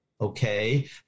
okay